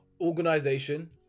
organization